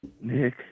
Nick